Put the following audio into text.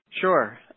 Sure